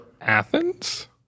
Athens